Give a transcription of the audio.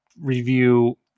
review